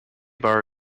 bar